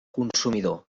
consumidor